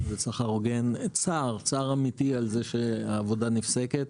ושכר הוגן צער אמיתי על זה שהעבודה נפסקת,